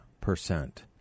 percent